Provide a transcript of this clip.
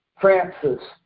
Francis